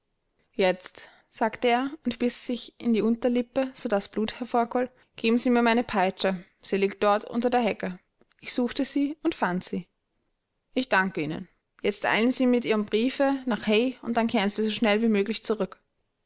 jetzt sagte er und biß sich in die unterlippe so daß das blut hervorquoll geben sie mir meine peitsche sie liegt dort unter der hecke ich suchte sie und fand sie ich danke ihnen jetzt eilen sie mit ihrem briefe nach hay und dann kehren sie so schnell wie möglich zurück